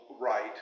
right